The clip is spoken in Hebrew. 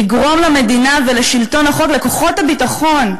לגרום למדינה ולשלטון החוק, לכוחות הביטחון,